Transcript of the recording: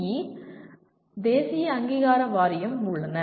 இ தேசிய அங்கீகார வாரியம் உள்ளன